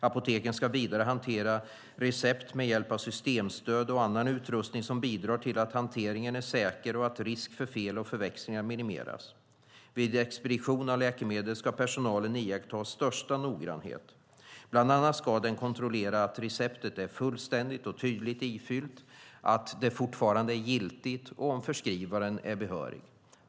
Apoteken ska vidare hantera recept med hjälp av systemstöd och annan utrustning som bidrar till att hanteringen är säker och att risk för fel och förväxlingar minimeras. Vid expedition av läkemedel ska personalen iaktta största noggrannhet. Bland annat ska den kontrollera att receptet är fullständigt och tydligt ifyllt, att det fortfarande är giltigt och om förskrivaren är behörig.